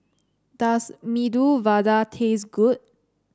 does Medu Vada taste good